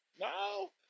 No